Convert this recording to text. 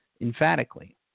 emphatically